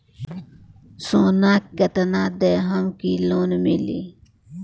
सोना कितना देहम की लोन मिली?